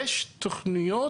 יש תוכניות